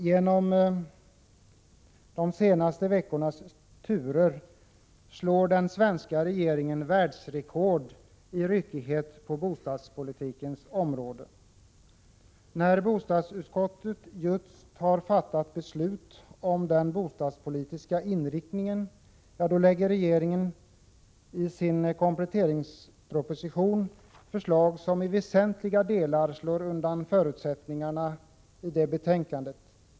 Genom de senaste veckornas turer slår den svenska regeringen världsrekord i ryckighet på bostadspolitikens område. När bostadsutskottet just lagt fram förslag om den bostadspolitiska inriktningen, lägger regeringen i sin kompletteringsproposition fram förslag som i väsentliga delar slår undan förutsättningarna i utskottsbetänkandet.